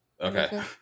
okay